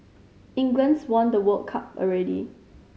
England's won the World Cup already